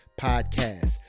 podcast